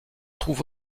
trouve